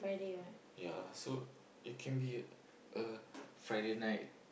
ya so it can be a Friday night